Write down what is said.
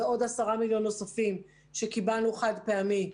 עוד 10 מיליון נוספים שקיבלנו חד פעמי,